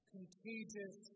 Contagious